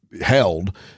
held